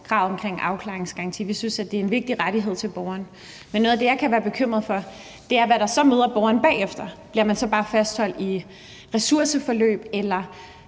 kravet om en afklaringsgaranti, for vi synes, det er en vigtig rettighed til borgeren. Men noget af det, jeg kan være bekymret for, er, hvad der så møder borgeren bagefter. Bliver man så bare fastholdt i et ressourceforløb, eller